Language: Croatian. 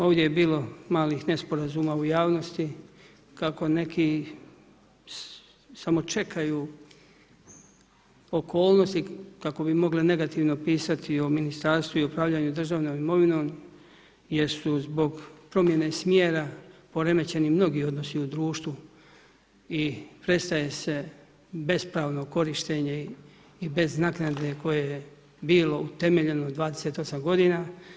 Ovdje je bilo malih nesporazuma u javnosti kako neki samo čekaju okolnosti kako bi mogli negativno pisati o ministarstvu i upravljanju državnom imovinom jer su zbog promjene smjera poremećeni mnogi odnosi u društvu i prestaje bespravno korištenje i bez naknade koje je bilo utemeljeno 28 godina.